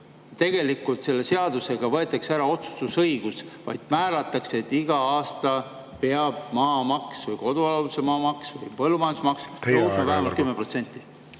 tegelikult selle seadusega võetakse ära otsustusõigus, määratakse, et iga aasta peab maamaksu – kodualuse maa maksu või põllumajandusmaa